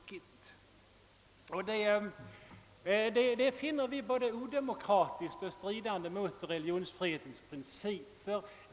Detta finner vi både odemokratiskt och stridande mot religionsfrihetsprincipen.